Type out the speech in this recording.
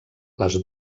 les